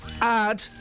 add